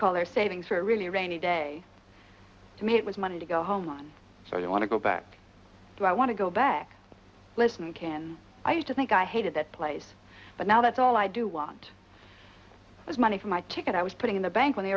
call their savings for a really rainy day to me it was money to go home on so you want to go back i want to go back listen can i used to think i hated that place but now that's all i do want is money for my kin i was putting in the bank when they